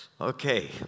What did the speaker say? Okay